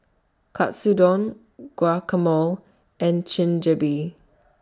Katsudon Guacamole and